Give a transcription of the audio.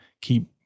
keep